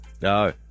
No